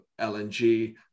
LNG